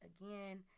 again